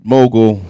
Mogul